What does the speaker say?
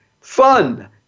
fun